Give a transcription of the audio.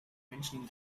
mentioning